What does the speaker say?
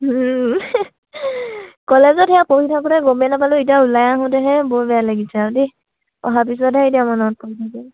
কলেজত সেয়া পঢ়ি থাকোঁতে গমেই নাপালোঁ এতিয়া ওলাই আহোঁতেহে বৰ বেয়া লাগিছে আৰু দেই অহাৰ পিছতহে এতিয়া মনত পৰি থাকে